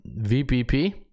VPP